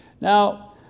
Now